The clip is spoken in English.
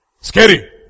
Scary